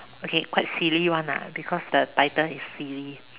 okay quite silly one lah because the title is silly